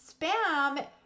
spam